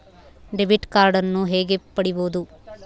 Debit ಕಾರ್ಡನ್ನು ಹೇಗೆ ಪಡಿಬೋದು?